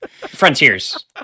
frontiers